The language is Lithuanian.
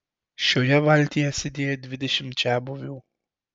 šioje valtyje sėdėjo dvidešimt čiabuvių